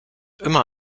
immer